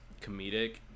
comedic